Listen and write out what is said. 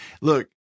look